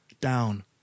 down